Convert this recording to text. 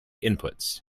inputs